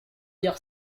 dire